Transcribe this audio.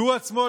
הוא עצמו,